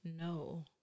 no